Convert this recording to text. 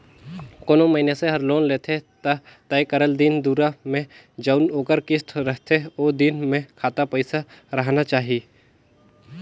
कोनो मइनसे हर लोन लेथे ता तय करल दिन दुरा में जउन ओकर किस्त रहथे ओ दिन में खाता पइसा राहना चाही